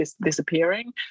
disappearing